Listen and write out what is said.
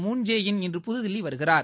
Moon Jae In இன்று புதுதில்லி வருகிறார்